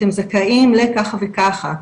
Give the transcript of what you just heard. אתם זכאים לככה וככה,